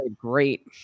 great